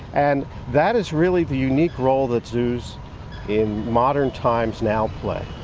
and that is really the unique role that zoos in modern times now play.